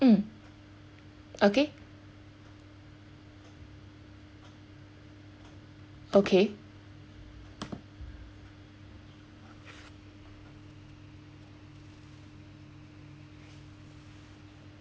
um okay okay